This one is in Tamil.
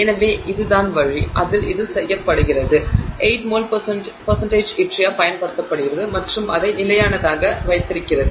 எனவே இதுதான் வழி அதில் இது செய்யப்படுகிறது 8மோல் யட்ரியா பயன்படுத்தப்படுகிறது மற்றும் அதை நிலையானதாக வைத்திருக்கிறது